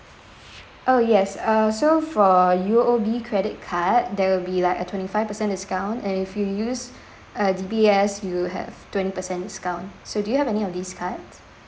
oh yes uh so for U_O_B credit card there will be like a twenty five percent discount and if you use uh D_B_S you have twenty percent discount so do you have any of these card